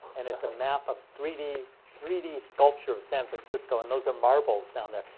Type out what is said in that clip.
and it's a map of three d three d sculpture of san francisco. and those are marbles down there.